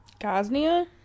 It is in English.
Gaznia